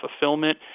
fulfillment